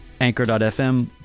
anchor.fm